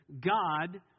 God